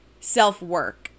self-work